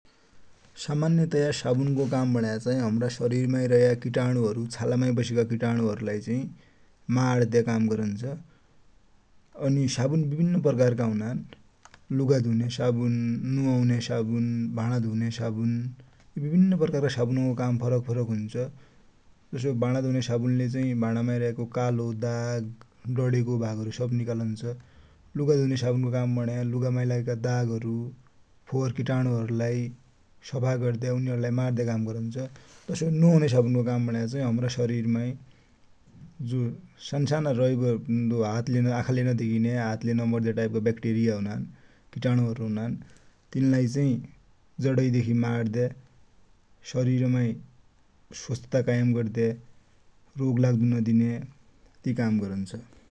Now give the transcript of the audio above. सामान्यतया साबुन को काम भनेको चाइ हमरा सरिर म रह्या किटाणु हरु, छाला मा बसेका किटाणु हरु लाइ चाइ मार्ने काम गरन्छ। अनि साबुन बिभिन्न प्रकार का हुनान, लूगा धुने साबुन, नुहाउने साबुन, भाडा धुने साबुन, यि बिभिन्न साबुन को काम गर्ने तरिका फरकफरक हुन्छ। जसो भाडा धुने साबुन ले भाडा म रहेको कालो दाग, डडेको भाग हरु सब निकालन्छ। लुगा धुने साबुन को काम भनेको लुगा मा लागेको दाग हरु फोहर किटाणू हरु सफा गर्दया उनिहरु लाइ मार्दया काम गरन्छ । तसोइ नुहाउने साबुन को काम भनेको चाइ हमरा सरिर माइ हात ले नमर्दया आखा ले नदेखिने ब्याक्टेरिया हुनान, किटाणू हरु हुनान तिनि लाइ चाइ जरै देखि मार्दया, सरिर माइ स्वोस्थता कायम गर्ने, रोग लाग्दु नदिने काम गरन्छ।